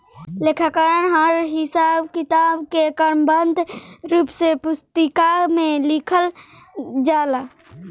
लेखाकरण हर हिसाब किताब के क्रमबद्ध रूप से पुस्तिका में लिखल जाला